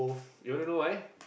you want to know why